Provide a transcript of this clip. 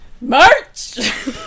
Merch